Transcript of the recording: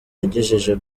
yagejeje